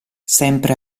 sempre